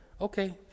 Okay